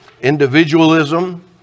individualism